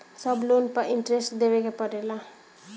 सब लोन पर इन्टरेस्ट देवे के पड़ेला?